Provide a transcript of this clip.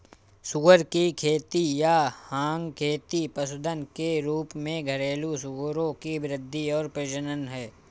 सुअर की खेती या हॉग खेती पशुधन के रूप में घरेलू सूअरों की वृद्धि और प्रजनन है